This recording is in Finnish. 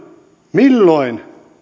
milloin